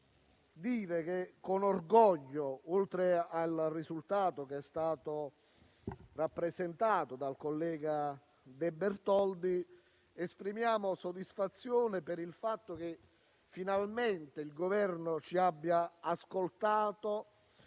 dire, con orgoglio, che oltre al risultato che è stato rappresentato dal collega De Bertoldi, esprimiamo soddisfazione per il fatto che il Governo ci abbia finalmente